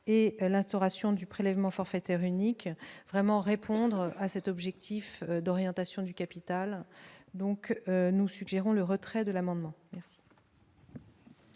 et l'instauration du prélèvement forfaitaire unique vraiment répondre à cet objectif d'orientation du capital, donc nous suggérons le retrait de l'amendement. Bien